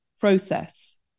process